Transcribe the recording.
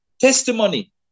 testimony